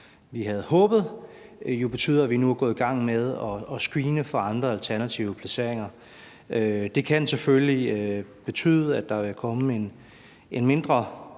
vi havde håbet, betyder, at vi nu er gået i gang med at screene for alternative placeringer. Det kan selvfølgelig betyde, at der kan komme en mindre